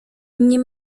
nie